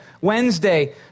Wednesday